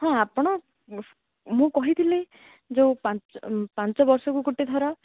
ହଁ ଆପଣ ମୁଁ କହିଥିଲି ଯେଉଁ ପାଞ୍ଚ ପାଞ୍ଚବର୍ଷକୁ ଗୋଟେ ଧର